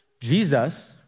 Jesus